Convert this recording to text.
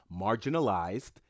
marginalized